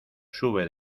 sube